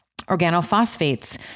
Organophosphates